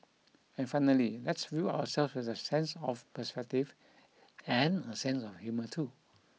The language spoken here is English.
and finally let's view ourselves with a sense of perspective and a sense of humour too